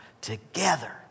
Together